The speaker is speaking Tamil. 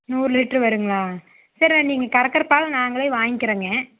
நூறு லிட்ரு வருங்களா சரிண்ணா நீங்கள் கறக்கிற பால் நாங்களே வாங்கிக்கிறேங்க